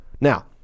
Now